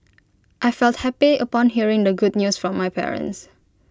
I felt happy upon hearing the good news from my parents